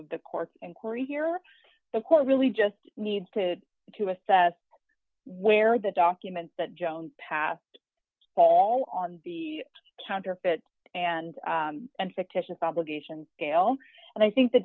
of the court's inquiry here the court really just needs to to assess where the documents that jones path fall on the counterfeit and and fictitious obligations a ll and i think the